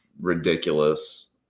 ridiculous